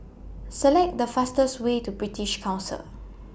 Select The fastest Way to British Council